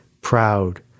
proud